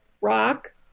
rock